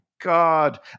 god